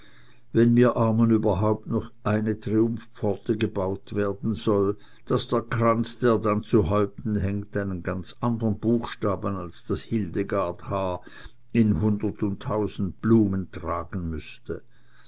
wenn mir armen überhaupt noch eine triumphpforte gebaut werden soll daß der kranz der dann zu häupten hängt einen ganz anderen buchstaben als das hildegard h in hundert und tausend blumen tragen müßte